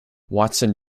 watson